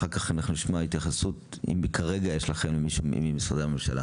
אחר כך אנחנו נשמע התייחסות ממשרדי הממשלה.